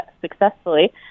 successfully